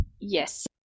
Yes